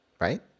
right